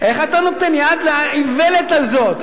איך אתה נותן יד לאיוולת הזאת?